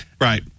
Right